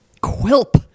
Quilp